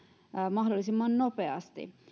mahdollisimman nopeasti